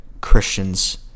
Christians